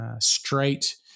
straight